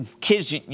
kids